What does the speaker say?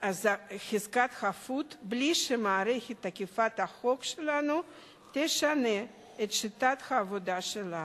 חזקת החפות בלי שמערכת אכיפת החוק שלנו תשנה את שיטת העבודה שלה.